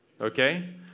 Okay